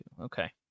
Okay